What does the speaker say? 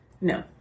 No